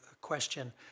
question